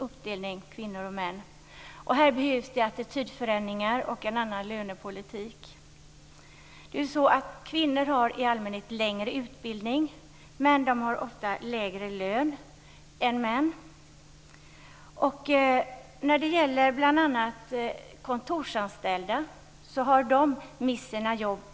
Det behövs attitydförändringar och en annan lönepolitik. Kvinnor har i allmänhet längre utbildning men ofta lägre lön än män. Bl.a. många kontorsanställda har på senare år mist sina jobb.